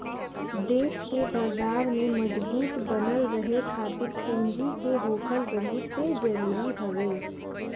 देस के बाजार में मजबूत बनल रहे खातिर पूंजी के होखल बहुते जरुरी हवे